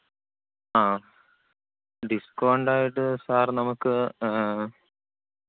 ആ ഡിസ്ക്കൗണ്ടായിട്ട് സാർ നമുക്ക്